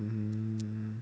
mm